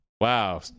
wow